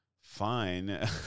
fine